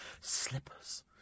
Slippers